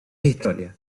historia